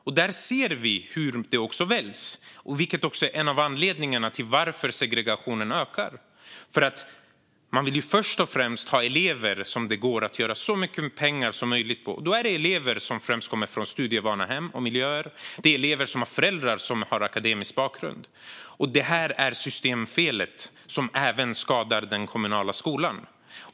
Vi ser också hur det väljs. Det här är en av anledningarna till att segregationen ökar. Man vill först och främst ha elever som det går att göra så mycket pengar som möjligt på, i första hand elever som kommer från studievana hem och miljöer och elever som har föräldrar med akademisk bakgrund. Det här är systemfelet som även skadar den kommunala skolan.